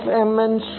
Fmn શું છે